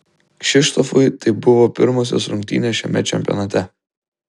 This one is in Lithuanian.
kšištofui tai buvo pirmosios rungtynės šiame čempionate